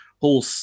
whole